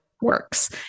works